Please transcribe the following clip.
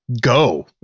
go